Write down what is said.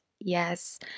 Yes